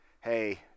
hey